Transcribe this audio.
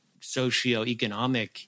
socioeconomic